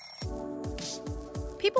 People